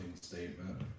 statement